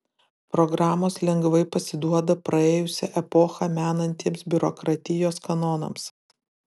programos lengvai pasiduoda praėjusią epochą menantiems biurokratijos kanonams